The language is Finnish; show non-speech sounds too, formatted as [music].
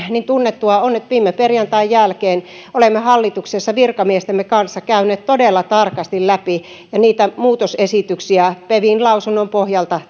niin tunnettua on että viime perjantain jälkeen olemme hallituksessa virkamiestemme kanssa käyneet sitä todella tarkasti läpi ja niitä muutosesityksiä pevin lausunnon pohjalta [unintelligible]